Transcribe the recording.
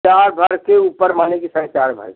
चार साढ़े से ऊपर मानें कि साढ़े चार भर की